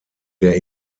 der